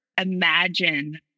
imagine